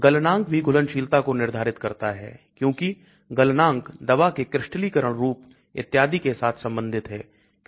गलनांक भी घुलनशीलता को निर्धारित करता है क्योंकि गलनांक दवा के क्रिस्टलीकरण रुप इत्यादि के साथ संबंधित है